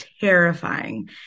terrifying